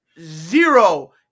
Zero